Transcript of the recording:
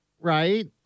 right